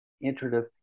iterative